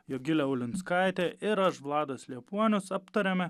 jogilė ulinskaitė ir aš vladas liepuonius aptariame